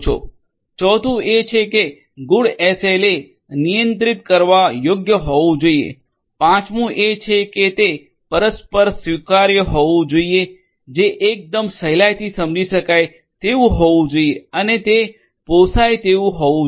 ચોથું એ છે કે એક ગુડ એસએલએ નિયંત્રિત કરવા યોગ્ય હોવું જોઈએ પાંચમું એ છે કે તે પરસ્પર સ્વીકાર્ય હોવું જોઈએ જે એકદમ સહેલાઇથી સમજી શકાય તેવું હોવું જોઈએ અને તે પોસાય તેવું હોવું જોઈએ